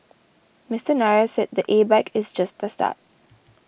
Mister Nair said the A bike is just the start